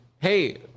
Hey